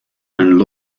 and